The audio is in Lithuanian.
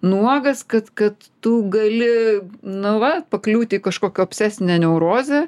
nuogas kad kad tu gali nu va pakliūti į kažkokią obsesinę neurozę